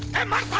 and my